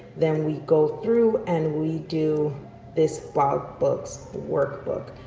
then we go through and we do this bob books workbook,